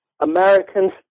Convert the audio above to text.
Americans